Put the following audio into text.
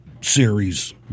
series